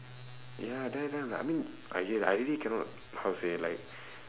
ya then then I'm like I mean I rea~ I really cannot how to say like